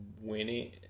Winning